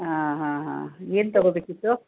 ಹಾಂ ಹಾಂ ಹಾಂ ಏನು ತಗೋಬೇಕಿತ್ತು